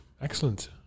Excellent